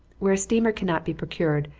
where a steamer cannot be procured,